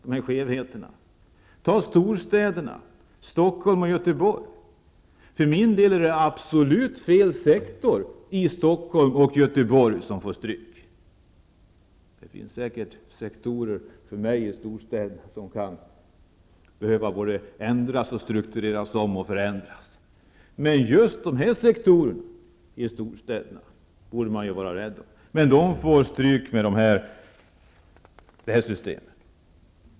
Vidare har vi storstäderna Stockholm och Göteborg. Jag anser att det är absolut fel sektor i storstäder som Stockholm och Göteborg som får stryk. Det finns säkert sektorer i storstäderna som kan behöva både ändras och struktureras om. Men just dessa sektorer i storstäderna borde man vara rädd om. Men de får stryk med det här systemet.